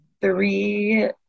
three